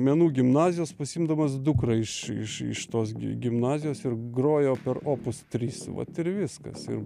menų gimnazijos pasiimdamas dukrą iš iš iš tos gi gimnazijos ir grojo per opus trys vat ir viskas ir